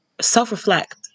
self-reflect